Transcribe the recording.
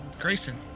Grayson